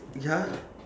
ya